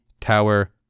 tower